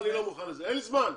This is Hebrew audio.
אין לי זמן,